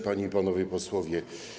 Panie i Panowie Posłowie!